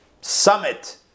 summit